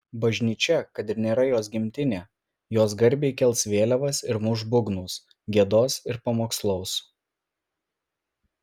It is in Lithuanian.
bažnyčia kad ir nėra jos gimtinė jos garbei kels vėliavas ir muš būgnus giedos ir pamokslaus